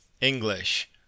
English